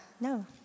No